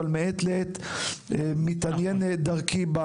אבל מעת לעת הוא מתעניין בנעשה.